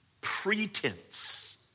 pretense